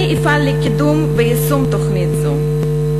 אני אפעל לקידום ויישום של תוכנית זו.